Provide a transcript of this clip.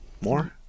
more